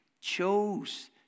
chose